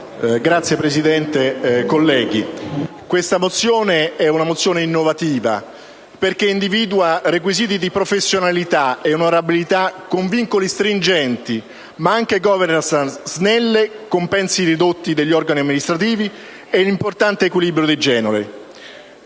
Signor Presidente, colleghi, questa è una mozione innovativa, perché individua requisiti di professionalità e onorabilità con vincoli stringenti, ma anche *governance* snelle, compensi ridotti degli organi amministrativi e un importante equilibrio di genere.